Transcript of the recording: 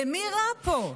למי רע פה?